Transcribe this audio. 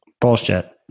Bullshit